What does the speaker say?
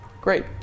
Great